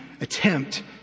attempt